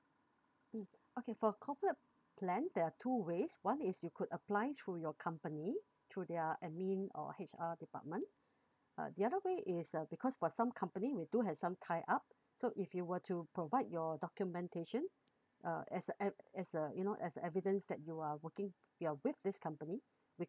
mm okay for corporate plan there are two ways one is you could apply through your company through their admin or H_R department uh the other way is uh because for some company we do have some tie up so if you were to provide your documentation uh as a ev~ as a you know as evidence that you are working you are with this company we